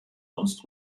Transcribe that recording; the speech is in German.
sonst